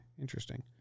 Interesting